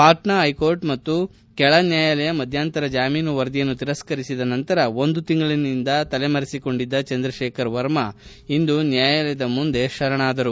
Patna high court ಮತ್ತು ಕೆಳ ನ್ನಾಯಾಲಯ ಮಧ್ಯಂತರ ಜಾಮೀನು ವರದಿಯನ್ನು ತಿರಸ್ತರಿಸಿದ ನಂತರ ಒಂದು ತಿಂಗಳಿನಿಂದ ತಲೆಮರೆಸಿಕೊಂಡಿದ್ದ ಚಂದ್ರಕೇಖರ್ ವರ್ಮ ಅವರು ಇಂದು ನ್ನಾಯಾಲಯದ ಮುಂದೆ ಶರಣಾದರು